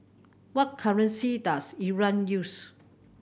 what currency does Iran use